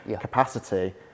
capacity